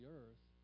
earth